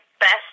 best